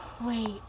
Wait